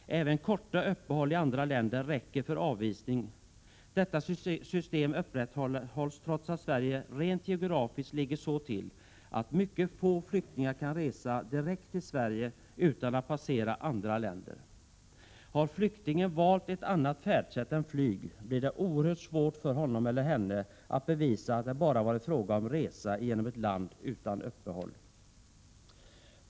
Även korta uppehålli andra länder räcker för avvisning. Detta system upprätthålls trots att Sverige rent geografiskt ligger så till, att mycket få flyktingar kan resa direkt till Sverige utan att passera andra länder. Har flyktingen valt ett annat färdsätt än flyg blir det oerhört svårt för honom eller henne att bevisa att det bara varit fråga om resa igenom ett land utan uppehåll.